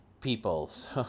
peoples